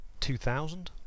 2000